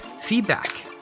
Feedback